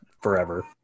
forever